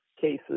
cases